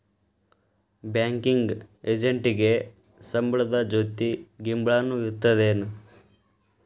Banking ಎಜೆಂಟಿಗೆ ಸಂಬ್ಳದ್ ಜೊತಿ ಗಿಂಬ್ಳಾನು ಇರ್ತದೇನ್?